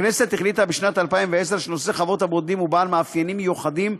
הכנסת החליטה בשנת 2010 שנושא חוות הבודדים הוא בעל מאפיינים מיוחדים,